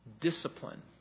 Discipline